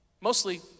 mostly